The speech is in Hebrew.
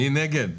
מי נגד?